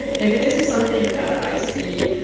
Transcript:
maybe this is something that i see